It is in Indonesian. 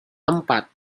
empat